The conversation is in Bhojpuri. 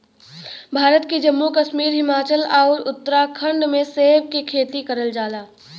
भारत के जम्मू कश्मीर, हिमाचल आउर उत्तराखंड में सेब के खेती करल जाला